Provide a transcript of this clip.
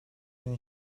gün